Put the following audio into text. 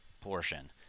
portion